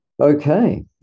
Okay